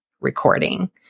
recording